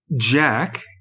Jack